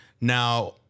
Now